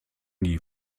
die